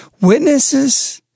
witnesses